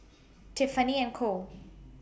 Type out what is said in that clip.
Tiffany and Co